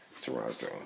Toronto